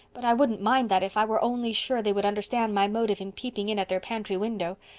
but i wouldn't mind that if i were only sure they would understand my motive in peeping in at their pantry window.